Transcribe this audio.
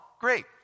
great